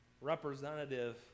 representative